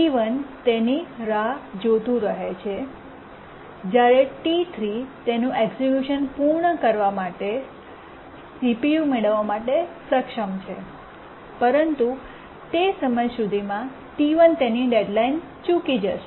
T1 તેની રાહ જોતી રહે છે જ્યારે T3 તેની એક્સક્યૂશન પૂર્ણ કરવા માટે CPU મેળવવા માટે સક્ષમ છે પરંતુ તે સમય સુધીમાં T1 તેની ડેડલાઇન ચૂકી જશે